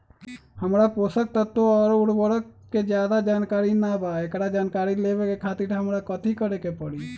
हमरा पोषक तत्व और उर्वरक के ज्यादा जानकारी ना बा एकरा जानकारी लेवे के खातिर हमरा कथी करे के पड़ी?